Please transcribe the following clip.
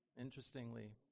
interestingly